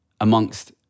amongst